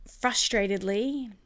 frustratedly